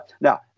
Now